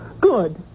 Good